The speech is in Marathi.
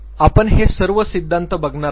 आपण हे सर्व सिद्धांत बघणार आहोत